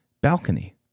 balcony